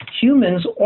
Humans